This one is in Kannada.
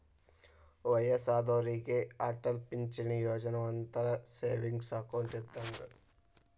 ವಯ್ಯಸ್ಸಾದೋರಿಗೆ ಅಟಲ್ ಪಿಂಚಣಿ ಯೋಜನಾ ಒಂಥರಾ ಸೇವಿಂಗ್ಸ್ ಅಕೌಂಟ್ ಇದ್ದಂಗ